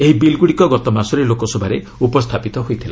ଏହି ବିଲ୍ଗୁଡ଼ିକ ଗତମାସରେ ଲୋକସଭାରେ ଉପସ୍ଥାପିତ ହୋଇଥିଲା